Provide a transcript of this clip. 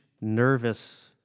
nervous